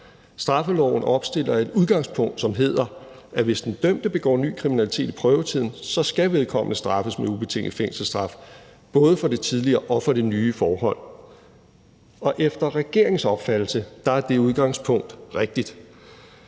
Straffeloven opstiller et udgangspunkt, som hedder, at hvis den dømte begår ny kriminalitet i prøvetiden, så skal vedkommende straffes med ubetinget fængselsstraf, både for det tidligere og for det nye forhold. Og efter regeringens opfattelse er det udgangspunkt rigtigt.